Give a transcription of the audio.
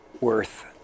worth